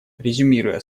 резюмируя